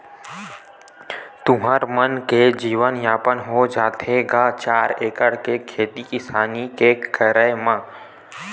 तुँहर मन के जीवन यापन हो जाथे गा चार एकड़ के खेती किसानी के करई म?